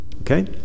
okay